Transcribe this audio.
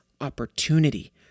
opportunity